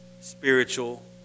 spiritual